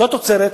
מאותה תוצרת,